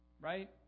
Right